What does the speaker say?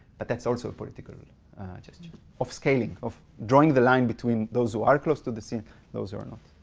but that's also a political gesture of scaling, of drawing the line between between those who are close to the sea, and those who are not.